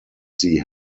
sie